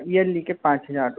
yearly के पाँच हजार रुपये